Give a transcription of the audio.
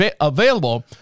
available